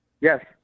Yes